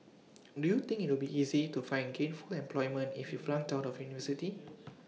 do you think it'll be easy to find gainful employment if you flunked out of university